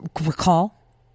recall